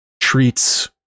treats